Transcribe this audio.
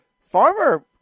Farmer